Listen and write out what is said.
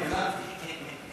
הבנתי, כן.